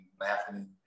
laughing